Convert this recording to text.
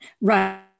Right